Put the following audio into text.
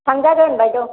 थांजागोन बायद'